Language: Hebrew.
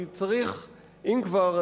אם כבר,